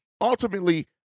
ultimately